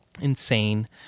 Insane